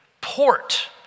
port